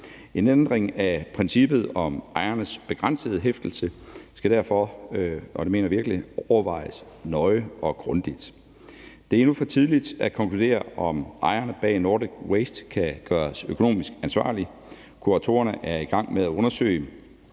En ændring af princippet om ejernes begrænsede hæftelse skal derfor, og det mener jeg virkelig, overvejes nøje og grundigt. Det er endnu for tidligt at konkludere, om ejerne bag Nordic Waste kan gøres økonomisk ansvarlige. Kuratorerne er i gang med at undersøge,